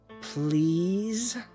please